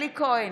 אלי כהן,